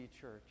Church